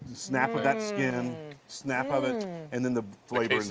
snap it that skin. snap of it. and then the flavor inside.